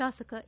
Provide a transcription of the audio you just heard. ಶಾಸಕ ಎ